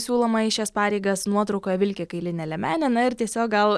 siūloma į šias pareigas nuotraukoje vilki kailinę liemenę na ir tiesiog gal